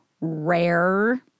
rare